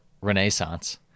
renaissance